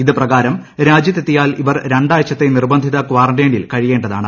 ഇത് പ്രകാരം രാജ്വത്തെത്തിയാൽ ഇവർ രണ്ടാഴ്ചത്തെ നിർബന്ധിത കാറന്റീനിൽ കഴിയേണ്ടതാണ്